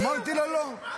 אמרתי לה לא.